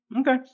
Okay